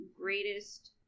greatest